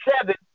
seven